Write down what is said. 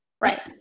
right